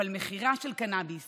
אבל מכירה של קנביס